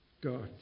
God